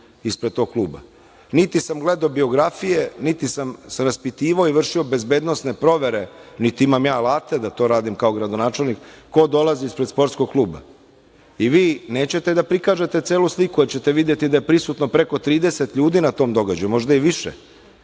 ispred tog kluba. Niti sam gledao biografije, niti sam se raspitivao i vršio bezbednosne provere, niti imam ja alate da to radim kao gradonačelnik, ko dolazi ispred sportskog kluba. I vi nećete da prikažete celu sliku, jer ćete videti da je prisutno preko 30 ljudi na tom događaju, možda i više,